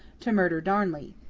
to murder darnley,